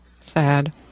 sad